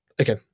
okay